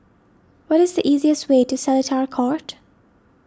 what is the easiest way to Seletar Court